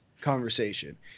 conversation